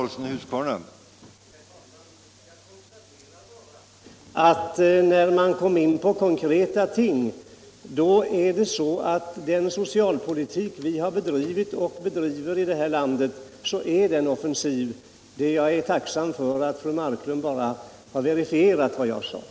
Herr talman! Jag konstatcerar bara att när man kommer in på konkreta ting så är den socialpolitik vi har bedrivit och bedriver i det här landet offensiv. Jag är tacksam för att fru Marklund bara har verifierat vad Jag sade.